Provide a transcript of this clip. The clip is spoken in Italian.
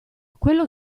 quello